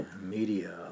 media